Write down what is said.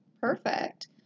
Perfect